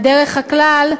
על דרך הכלל,